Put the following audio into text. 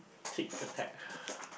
tic tac